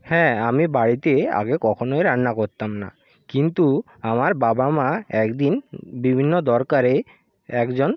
হ্যাঁ আমি বাড়িতে আগে কখনোই রান্না করতাম না কিন্তু আমার বাবা মা এক দিন বিভিন্ন দরকারে একজন